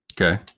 Okay